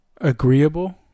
agreeable